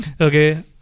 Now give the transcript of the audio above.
Okay